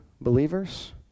believers